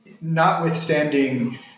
notwithstanding